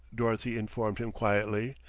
dorothy informed him quietly.